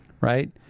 right